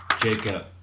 Jacob